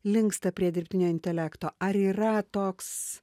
linksta prie dirbtinio intelekto ar yra toks